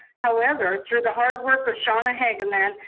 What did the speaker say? however, through the hard work of shauna hagemann,